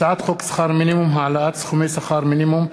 הצעת חוק שכר מינימום (העלאת סכומי שכר מינימום,